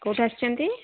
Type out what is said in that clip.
କେଉଁଠୁ ଆସିଛନ୍ତି